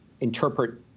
interpret